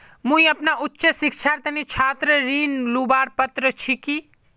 मुई अपना उच्च शिक्षार तने छात्र ऋण लुबार पत्र छि कि?